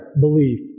believe